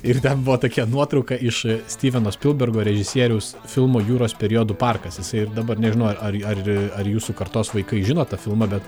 ir ten buvo tokia nuotrauka iš stiveno spilbergo režisieriaus filmo juros periodo parkas jisai ir dabar nežinau ar ar ar jūsų kartos vaikai žino tą filmą bet